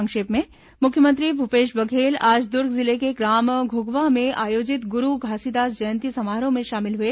संक्षिप्त समाचार मुख्यमंत्री भूपेश बघेल आज दूर्ग जिले के ग्राम घुघुवा में आयोजित गुरू घासीदास जयंती समारोह में शामिल हुए